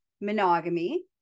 monogamy